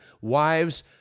wives